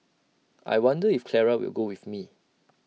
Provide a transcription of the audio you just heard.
I wonder if Clara will go with me